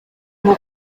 nko